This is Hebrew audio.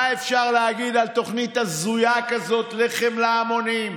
מה אפשר להגיד על תוכנית הזויה כזאת, לחם להמונים?